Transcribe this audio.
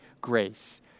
grace